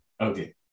Okay